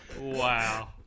Wow